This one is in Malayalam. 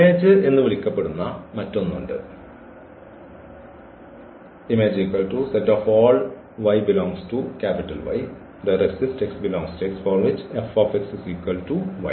ഇമേജ് എന്ന് വിളിക്കപ്പെടുന്ന മറ്റൊന്ന് ഉണ്ട് Im